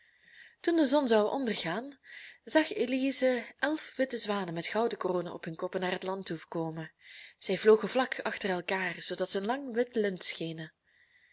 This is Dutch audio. toen de zon zou ondergaan zag elize elf witte zwanen met gouden kronen op hun koppen naar het land toe komen zij vlogen vlak achter elkaar zoodat ze een lang wit lint schenen